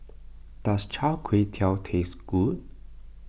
does Char Kway Teow taste good